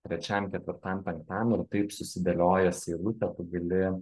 trečiam ketvirtam penktam ir taip susidėliojęs eilutę tu gali